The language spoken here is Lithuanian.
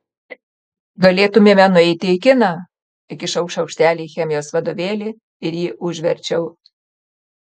galėtumėme nueiti į kiną įkišau šaukštelį į chemijos vadovėlį ir jį užverčiau